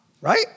right